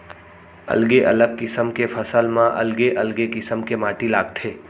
अलगे अलग किसम के फसल म अलगे अलगे किसम के माटी लागथे